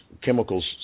chemicals